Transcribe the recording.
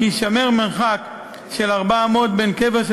הוא כי יישמר מרחק של ארבע אמות בין קבר של